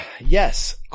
yes